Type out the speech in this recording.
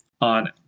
on